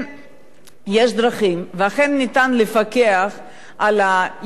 ואכן אפשר לפקח על הייבוא והייצור,